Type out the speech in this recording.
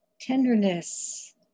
tenderness